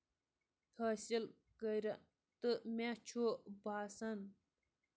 حٲصِل کران تہٕ مےٚ چھُ باسان